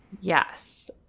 Yes